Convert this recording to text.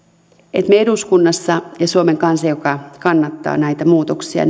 että me eduskunnassa emme todellakaan ymmärrä eikä suomen kansa joka kannattaa näitä muutoksia